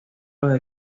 los